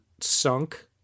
sunk